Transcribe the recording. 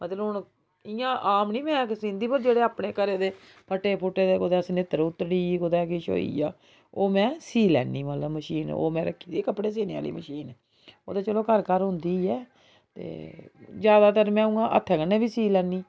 इ'यां आम निं में सींदी पर जेहडे़ अपने घरे दे फट्टे फुट्टे दे कुतै सन्हात्तर उद्धड़ी कुतै किश होई गेआ ओह् में सीऽ लैन्नी मतलब मशीन ओह् में रक्खी दी कपडे़ सीने आह्ली मशीन ओह् ते चलो घर घर होंदी ऐ ते जैदातर में उ'आं हत्थै कन्ने बी सी लैन्नी